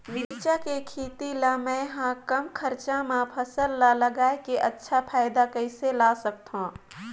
मिरचा के खेती ला मै ह कम खरचा मा फसल ला लगई के अच्छा फायदा कइसे ला सकथव?